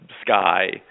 sky